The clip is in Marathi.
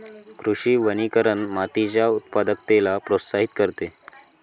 कृषी वनीकरण मातीच्या उत्पादकतेला प्रोत्साहित करते